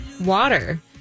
water